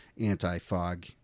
anti-fog